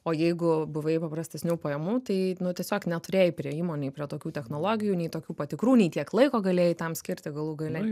o jeigu buvai paprastesnių pajamų tai nu tiesiog neturėjai priėjimo nei prie tokių technologijų nei tokių patikrų nei tiek laiko galėjai tam skirti galų gale